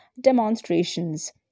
demonstrations